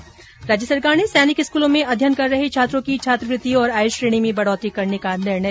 ं राज्य सरकार ने सैनिक स्कूलों में अध्ययन कर रहे छात्रों की छात्रवृति और आय श्रेणी में बढ़ोतरी करने का लिया निर्णय